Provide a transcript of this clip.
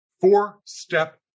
Four-step